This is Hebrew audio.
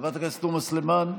חברת הכנסת תומא סלימאן,